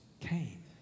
came